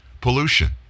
Pollution